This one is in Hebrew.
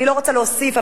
אני לא רוצה להוסיף,